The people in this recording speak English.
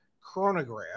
chronograph